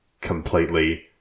completely